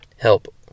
Help